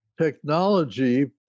technology